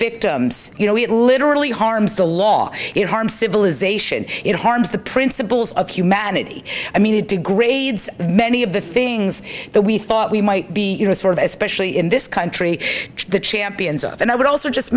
victims you know it literally harms the law it harms civilization it harms the principles of humanity i mean it degrades many of the things that we thought we might be you know sort of especially in this country the champions of and i would also just